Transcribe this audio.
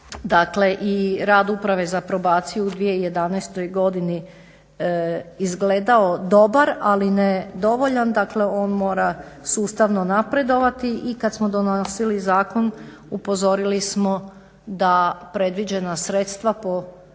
rad Uprave za probaciju u 2011. godini izgledao dobar, ali ne dovoljan. Dakle, on mora sustavno napredovati. I kad smo donosili zakon upozorili smo da predviđena sredstva